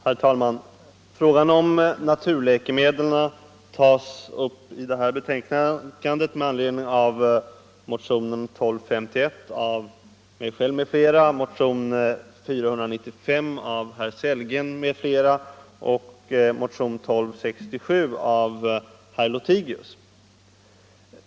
Herr talman! Frågan om naturläkemedlen tas upp i socialutskottets betänkande nr 6 med anledning av motionen 1251 av mig själv m.fl., motionen 495 av herr Sellgren m.fl. och motionen 1267 av herr Lothigius.